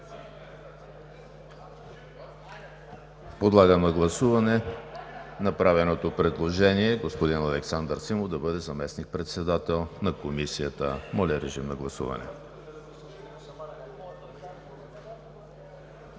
Подлагам на гласуване направеното предложение господин Александър Симов да бъде заместник-председател на Комисията. Гласували